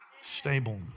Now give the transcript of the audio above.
stable